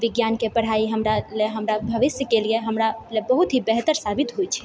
विज्ञानके पढ़ाइ हमरा लए हमरा भविष्यके लिए हमरा लए बहुत ही बेहतर साबित होइ छै